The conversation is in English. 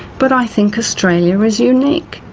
but i think australia is unique.